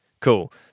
cool